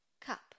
Cup